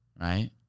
right